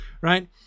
Right